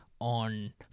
on